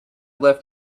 left